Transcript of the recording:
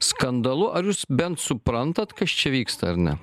skandalu ar jūs bent suprantat kas čia vyksta ar ne